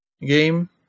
game